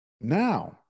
Now